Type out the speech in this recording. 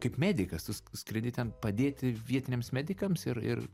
kaip medikas tu skrendi ten padėti vietiniams medikams ir ir